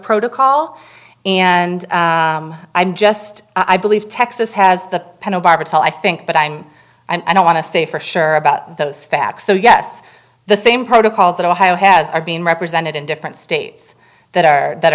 protocol and i'm just i believe texas has the i think but i'm i don't want to say for sure about those facts so yes the same protocols that ohio has are being represented in different states that are that